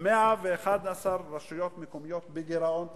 111 רשויות מקומיות בגירעון תקציבי.